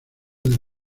del